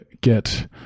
get